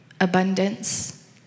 abundance